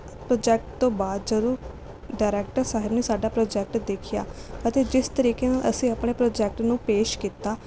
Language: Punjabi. ਪ੍ਰੋਜੈਕਟ ਤੋਂ ਬਾਅਦ ਜਦੋਂ ਡਾਇਰੈਕਟਰ ਸਾਹਿਬ ਨੇ ਸਾਡਾ ਪ੍ਰੋਜੈਕਟ ਦੇਖਿਆ ਅਤੇ ਜਿਸ ਤਰੀਕੇ ਨਾਲ ਅਸੀਂ ਆਪਣੇ ਪ੍ਰੋਜੈਕਟ ਨੂੰ ਪੇਸ਼ ਕੀਤਾ